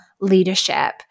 leadership